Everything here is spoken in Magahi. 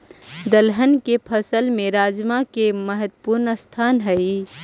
दलहन के फसल में राजमा के महत्वपूर्ण स्थान हइ